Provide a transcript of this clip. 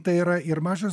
tai yra ir mažas